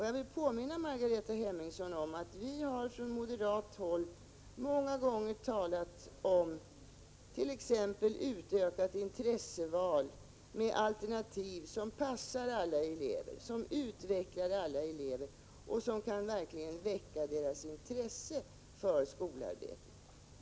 Jag vill påminna Margareta Hemmingsson om att vi från moderat håll många gånger har talat om t.ex. en utökning av intressevalen med alternativ som passar alla elever, alternativ som utvecklar eleverna och som verkligen kan väcka deras intresse för skolarbetet.